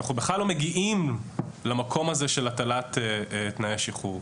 אנחנו בכלל לא מגיעים למקום הזה של הטלת תנאי שחרור.